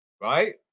Right